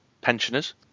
pensioners